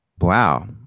Wow